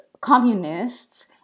communists